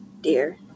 dear